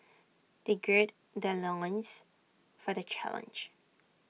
they gird their loins for the challenge